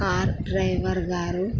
car driver గారు